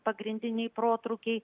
pagrindiniai protrūkiai